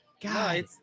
God